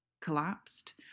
collapsed